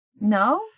No